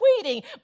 tweeting